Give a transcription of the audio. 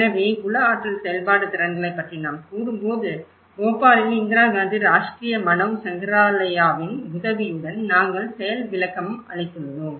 எனவே உள ஆற்றல் செயற்பாடு திறன்களைப் பற்றி நாம் கூறும்போது போபாலில் இந்திரா காந்தி ராஷ்டிரிய மனவ் சங்கராலயாவின் உதவியுடன் நாங்கள் செயல் விளக்கமளித்துள்ளோம்